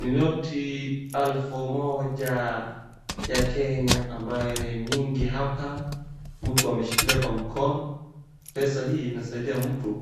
Minoti alfu moja ya kenya ambaye ni mingi hapa mtu ameshikilia kwa mkono. Pesa hii inasaidia mtu